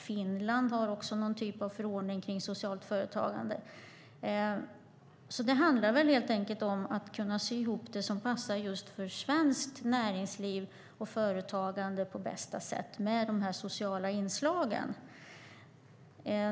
Finland har också någon typ av förordning kring socialt företagande. Det handlar helt enkelt om att på bästa sätt kunna sy ihop det som passar just för svenskt näringsliv och företagande med de sociala inslagen.